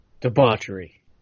Debauchery